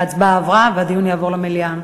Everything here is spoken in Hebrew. ההצעה עברה והדיון יעבור למליאה.